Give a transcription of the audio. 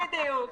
בדיוק.